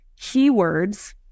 keywords